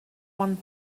one